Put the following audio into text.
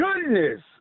goodness